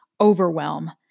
overwhelm